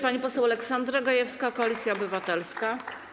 Pani poseł Aleksandra Gajewska, Koalicja Obywatelska.